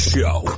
Show